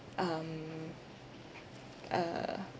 um uh